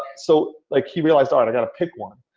so like he realized, and i got to pick one.